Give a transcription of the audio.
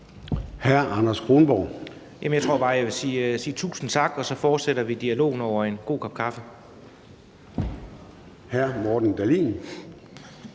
Anders Kronborg (S): Jamen jeg tror bare, at jeg vil sige tusind tak, og så fortsætter vi dialogen over en god kop kaffe. Kl.